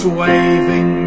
waving